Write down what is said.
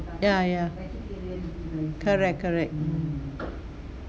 ya ya correct correct